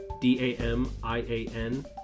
D-A-M-I-A-N